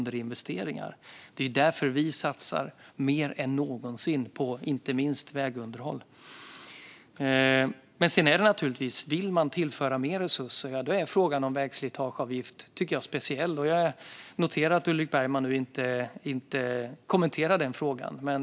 Det är därför vi satsar mer än någonsin på inte minst vägunderhåll. Om man vill tillföra mer resurser blir frågan om vägslitageavgift lite speciell, och jag noterar att Ulrik Bergman inte kommenterar den frågan.